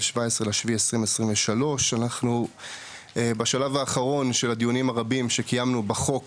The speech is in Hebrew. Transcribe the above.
17.7.2023. אנחנו בשלב האחרון של הדיונים הרבים שקיימנו בחוק